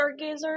Stargazer